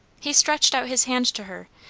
he stretched out his hand to her,